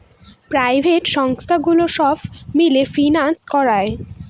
private সংস্থাগুলো সব মিলে ফিন্যান্স করায়